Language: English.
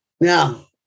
Now